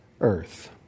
earth